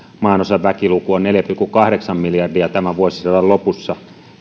maanosan väkiluku on neljä pilkku kahdeksan miljardia tämän vuosisadan lopussa